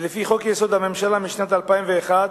ולפי חוק-יסוד: הממשלה, משנת 2001,